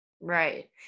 Right